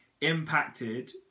impacted